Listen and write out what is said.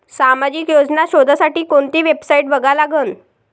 सामाजिक योजना शोधासाठी कोंती वेबसाईट बघा लागन?